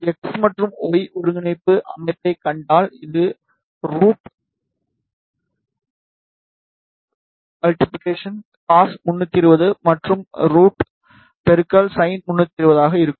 X மற்றும் y ஒருங்கிணைப்பு அமைப்பைக் கண்டால் இது ரூட் cos320 மற்றும் ரூட் sin320 ஆக இருக்கும்